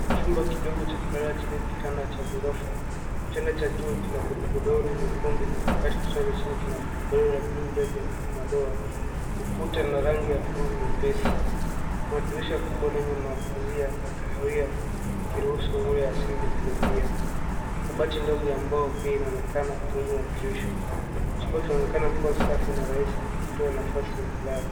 Chumba kidogo cha kulala chenye kitanda cha ghorofa. Kitanda cha juu kina godoro nyekundu wakati kitanda cha chini kina godoro la bluu lenye madoa. Ukuta una rangi ya bluu nyepesi. Kuna dirisha kubwa lenye mapazia ya kahawia yakiruhusu nuru ya asili kuingia. Kabati ndogo ya mbao pia inaonekana karibu na dirisha, Chumba kinaonekana kuwa safi na rahisi kikitoa nafasi ya kulala.